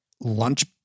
lunch